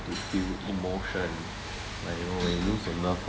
to feel emotion like you know when you lose your loved